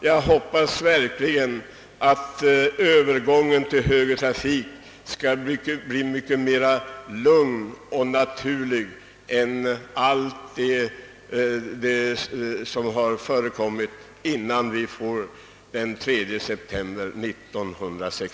Jag hoppas verkligen att själva övergången till högertrafik den 3 september blir mycket lugnare och naturligare än allt det som har föregått den.